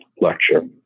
lecture